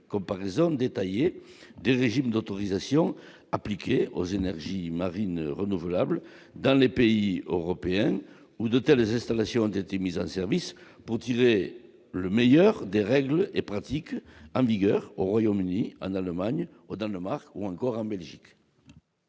comparaison détaillée des régimes d'autorisation aux énergies marines renouvelables dans les pays européens où de terre des installations d'été mise en service pour tirer le meilleur des règles et pratiques en vigueur au Royaume-Uni Anna Magne au Danemark ou encore en Belgique.